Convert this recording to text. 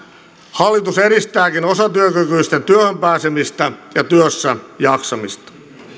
hallitus edistääkin osatyökykyisten työhön pääsemistä ja työssäjaksamista